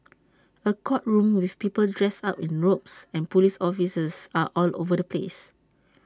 A courtroom with people dressed up in robes and Police officers all over the place